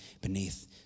beneath